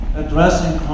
Addressing